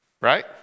right